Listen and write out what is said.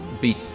beat